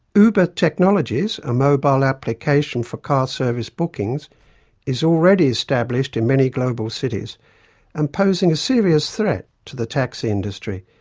uber technologies, a mobile application for car service bookings is already established in many global cities and posing a serious threat to the taxi industry.